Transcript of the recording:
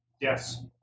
Yes